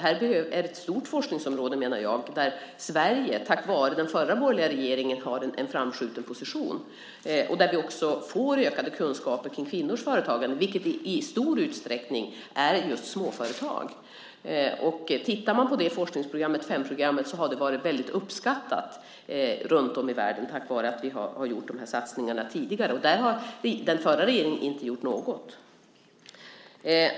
Det är ett stort forskningsområde där Sverige tack vare den förra borgerliga regeringen har en framskjuten position och där vi också får ökade kunskaper kring kvinnors företagande, vilket i stor utsträckning handlar om just småföretag. Femprogrammet har varit väldigt uppskattat runtom i världen tack vare de satsningar som vi gjorde tidigare. Där har den förra regeringen inte gjort något.